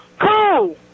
Cool